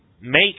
make